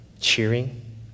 cheering